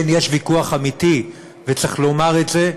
כן, יש ויכוח אמיתי, וצריך לומר את זה,